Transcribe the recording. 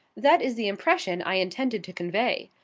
that is the impression i intended to convey.